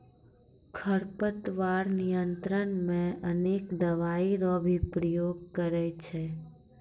खरपतवार नियंत्रण मे अनेक दवाई रो भी प्रयोग करे छै